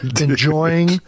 enjoying